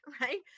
right